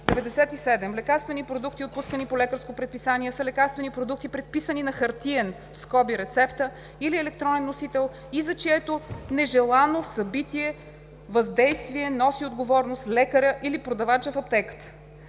97. „Лекарствени продукти, отпускани по лекарско предписание“ са лекарствени продукти, предписани на хартиен (рецепта) или електронен носител и за чието нежелано събитие, въздействие носи отговорност лекарят или продавачът в аптеката.